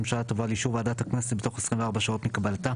הממשלה תובא לאישור ועדת הכנסת בתוך 24 שעות מקבלתה'.